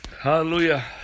Hallelujah